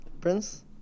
Prince